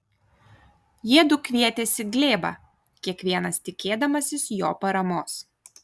jiedu kvietėsi glėbą kiekvienas tikėdamasis jo paramos